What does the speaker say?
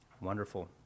Wonderful